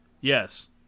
Yes